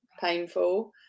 painful